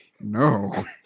No